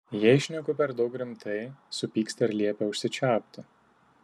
jei šneku per daug rimtai supyksta ir liepia užsičiaupti